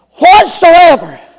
Whatsoever